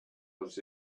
was